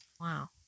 Wow